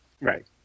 Right